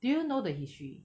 do you know the history